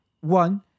One